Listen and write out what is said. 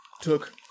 Took